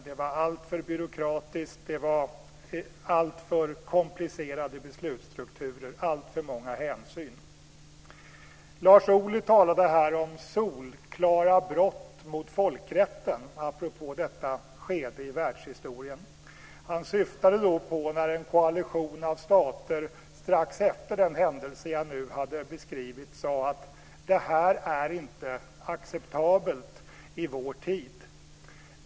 Det var alltför byråkratiskt, alltför komplicerade beslutsstrukturer och alltför många hänsyn. Lars Ohly talade om solklara brott mot folkrätten, apropå detta skede i världshistorien. Han syftade då på när en koalition av stater strax efter den händelse jag nu har beskrivit sade att detta inte är acceptabelt i vår tid.